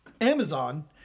Amazon